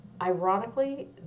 Ironically